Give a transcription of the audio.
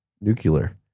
Nuclear